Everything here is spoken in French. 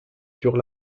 sur